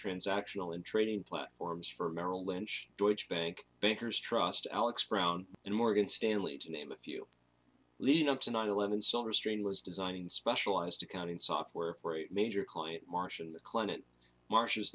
transactional and trading platforms for merrill lynch deutsche bank bankers trust alex brown and morgan stanley to name a few leading up to nine eleven so restrain was designing specialized accounting software for a major client marcion the client mar